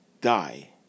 die